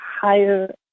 higher